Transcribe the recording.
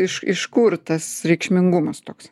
iš iš kur tas reikšmingumas toks